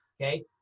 Okay